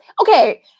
okay